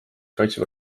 kaitseb